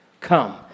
come